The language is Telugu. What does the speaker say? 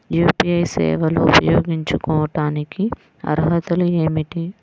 యూ.పీ.ఐ సేవలు ఉపయోగించుకోటానికి అర్హతలు ఏమిటీ?